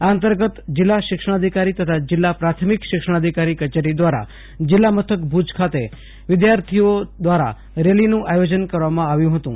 આ અંતર્ગત જિલ્લા શિક્ષણાધિકારી તથા જિલ્લા પ્રાથમિક શિક્ષણાધિકારી કચેરી દ્રારા જિલ્લા મથક ભુજ ખાતે વિધાર્થીઓ દ્રારા રેલીનું આયોજન કરવામાં આવ્યુ હતું